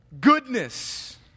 Goodness